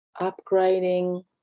upgrading